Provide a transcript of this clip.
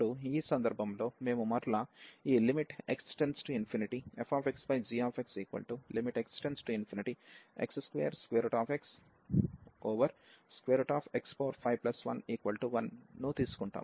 ఇప్పుడు ఈ సందర్భంలో మేము మరలా ఈ x→∞fxgxx→∞x2xx511ను తీసుకుంటాము